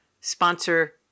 sponsor